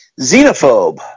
Xenophobe